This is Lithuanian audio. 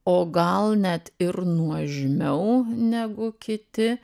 o gal net ir nuožmiau negu kiti